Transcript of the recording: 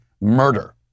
murder